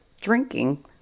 drinking